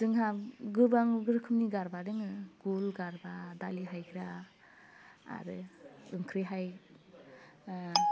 जोंहा गोबां रोखोमनि गारबा दोङो गुर गारबा डालि हाइग्रा आरो ओंख्रि हाइ ओह